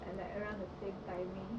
and like around the same timing